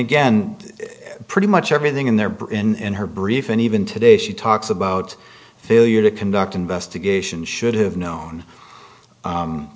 again pretty much everything in there but in her brief and even today she talks about failure to conduct an investigation should have known